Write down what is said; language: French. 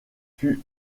fut